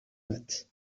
mat